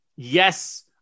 Yes